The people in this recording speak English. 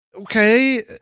Okay